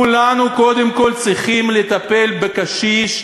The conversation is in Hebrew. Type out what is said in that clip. כולנו קודם כול צריכים לטפל בקשיש,